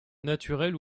naturelle